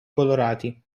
colorati